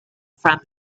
from